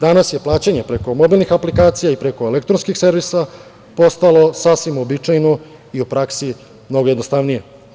Danas je plaćanje preko mobilnih aplikacija i preko elektronskih servisa postalo sasvim uobičajeno i u praksi mnogo jednostavnije.